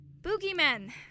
Boogeymen